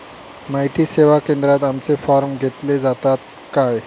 माहिती सेवा केंद्रात आमचे फॉर्म घेतले जातात काय?